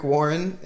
Warren